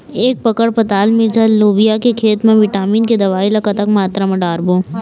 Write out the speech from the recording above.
एक एकड़ पताल मिरचा लोबिया के खेत मा विटामिन के दवई ला कतक मात्रा म डारबो?